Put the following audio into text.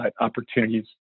opportunities